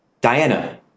Diana